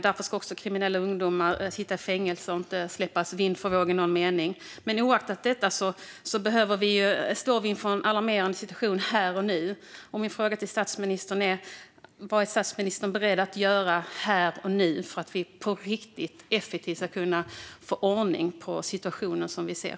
Därför ska också kriminella ungdomar sitta i fängelse och inte släppas vind för våg i någon mening. Oaktat detta står vi inför en alarmerande situation här och nu. Min fråga till statsministern är: Vad är statsministern beredd att göra här och nu för att vi på riktigt och effektivt ska kunna få ordning på situationen vi ser?